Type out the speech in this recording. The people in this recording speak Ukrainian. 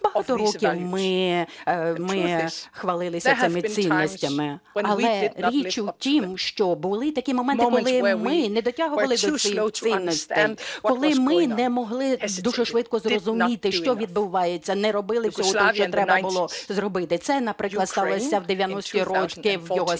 Багато років ми хвалилися цими цінностями, але річ у тім, що були такі моменти, коли ми не дотягували до цих цінностей, коли ми не могли дуже швидко зрозуміти, що відбувається, не робили всього того, що треба було зробити. Це, наприклад, сталося в 90-ті роки в